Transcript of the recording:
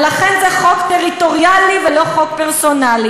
ולכן, זה חוק טריטוריאלי, ולא חוק פרסונלי.